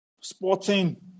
Sporting